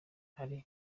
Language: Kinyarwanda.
ari